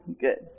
Good